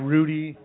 Rudy